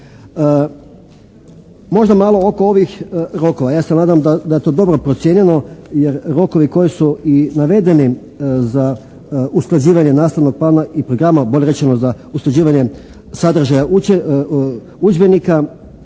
Možda malo oko ovih rokova. Ja se nadam da je to dobro procijenjeno jer rokovi koji su i navedeni za usklađivanje nastavnog plana i programa bolje rečeno za usklađivanje sadržaja udžbenika,